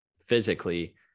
physically